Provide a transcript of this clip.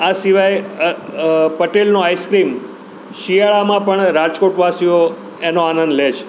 આ સિવાય પટેલનો આઈસ્ક્રીમ શિયાળામાં પણ રાજકોટ વાસીઓ એનો આનંદ લે છે